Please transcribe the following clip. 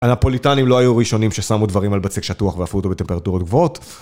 הנפוליטנים לא היו הראשונים ששמו דברים על בצק שטוח ואפו אותו בטמפרטורות גבוהות